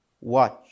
watch